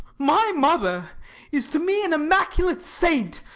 my mother is to me an immaculate saint.